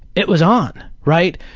it was on, right?